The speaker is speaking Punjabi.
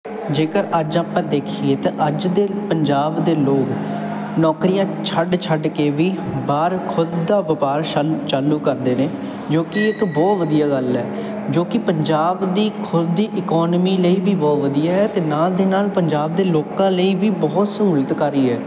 ਜੇਕਰ ਅੱਜ ਆਪਾਂ ਦੇਖੀਏ ਤਾਂ ਅੱਜ ਦੇ ਪੰਜਾਬ ਦੇ ਲੋਕ ਨੌਕਰੀਆਂ ਛੱਡ ਛੱਡ ਕੇ ਵੀ ਬਾਹਰ ਖੁਦ ਦਾ ਵਪਾਰ ਸ਼ਾ ਚਾਲੂ ਕਰਦੇ ਨੇ ਜੋ ਕਿ ਇੱਕ ਬਹੁਤ ਵਧੀਆ ਗੱਲ ਹੈ ਜੋ ਕਿ ਪੰਜਾਬ ਦੀ ਖੁੱਲ੍ਹ ਦੀ ਇਕੋਨਮੀ ਲਈ ਵੀ ਬਹੁਤ ਵਧੀਆ ਹੈ ਅਤੇ ਨਾਲ ਦੇ ਨਾਲ ਪੰਜਾਬ ਦੇ ਲੋਕਾਂ ਲਈ ਵੀ ਬਹੁਤ ਸਹੂਲਤਕਾਰੀ ਹੈ